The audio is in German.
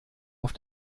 auf